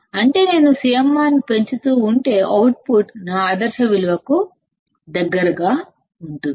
అంటే నేను CMRR ని పెంచుతూ ఉంటే అవుట్పుట్ నా ఐడియల్ విలువకు దగ్గరగా ఉంటుంది